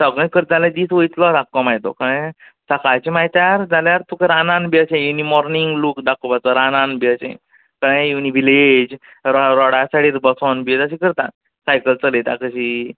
सगळें करता जाल्यार दीस वयतलो आख्खो मागीर तो कळ्ळें सकाळचें मागीर तयार जाल्यार तुका रानांत बी अशें इन द मॉर्निंग लूक दाखोवपाचो रानांत बी अशें कळ्ळें इन विलेज रोडा साइडीन बी अशें करता सायकल चलयता तशी